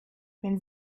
wenn